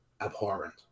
abhorrent